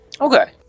Okay